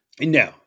No